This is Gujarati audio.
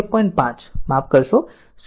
5 Ω માફ 0